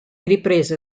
riprese